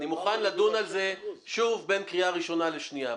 אני מוכן לדון על זה שוב בין קריאה ראשונה לשנייה,